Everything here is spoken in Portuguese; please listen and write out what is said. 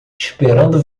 esperando